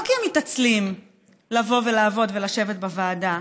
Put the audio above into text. לא כי הם מתעצלים לבוא ולעבוד ולשבת בוועדה.